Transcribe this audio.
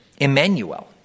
Emmanuel